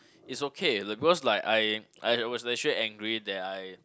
is okay because like I I was actually angry that I